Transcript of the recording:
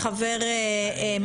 יש חבר מחליף.